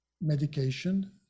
medication